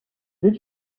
did